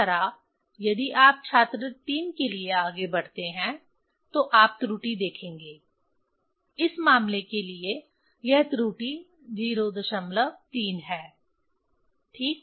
इसी तरह यदि आप छात्र 3 के लिए आगे बढ़ते हैं तो आप त्रुटि देखेंगे इस मामले के लिए यह त्रुटि 03 है ठीक